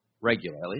regularly